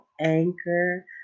Anchor